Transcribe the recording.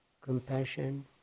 compassion